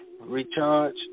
recharge